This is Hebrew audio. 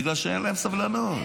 בגלל שאין להם סבלנות.